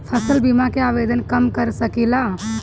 फसल बीमा के आवेदन हम कर सकिला?